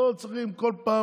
לא צריכים כל פעם,